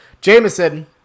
Jameson